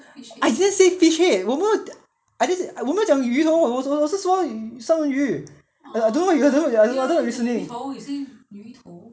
I didn't say fish head 我没有 I didn~ 我没有讲鱼头我我是说三文鱼 I don't know what you have heard I don't know what you listening